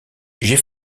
j’ai